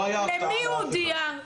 למי הוא הודיע?